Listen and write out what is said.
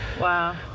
Wow